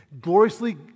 Gloriously